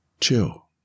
chill